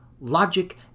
logic